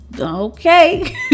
okay